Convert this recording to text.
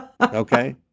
okay